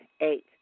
Eight